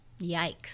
Yikes